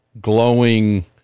glowing